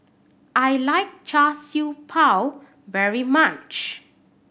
I like Char Siew Bao very much